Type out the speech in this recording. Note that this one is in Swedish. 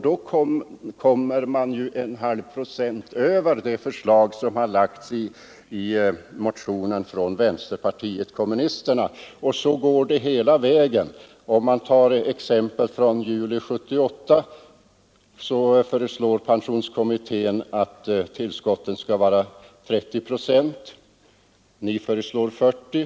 Då kommer man 0,5 procent över det förslag som lagts i motion från vänsterpartiet kommunisterna. Så är det hela vägen. Den 1 juli 1978 skall enligt pensionsålderskommitténs förslag tillskotten vara 30 procent. Vänsterpartiet kommunisterna föreslår 40.